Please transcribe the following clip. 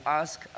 ask